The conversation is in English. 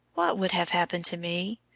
what would have happened to me?